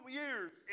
years